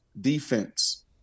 defense